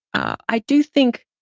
i do think,